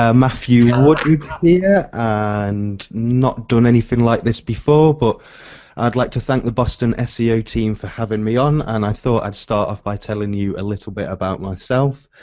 ah matthew woodward here yeah and not done anything like this before but i'd like to thank the boston seo team for having me on and i thought i'd start off by telling you a little bit about myself.